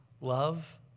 love